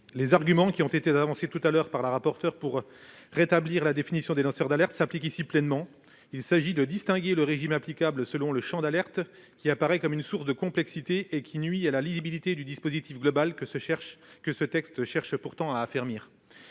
les arguments avancés par Mme la rapporteure pour rétablir la définition des lanceurs d'alerte s'appliquent ici pleinement. Distinguer le régime applicable selon le champ d'alerte apparaît comme une source de complexité et nuit à la lisibilité du dispositif global, que le présent texte cherche pourtant à affermir.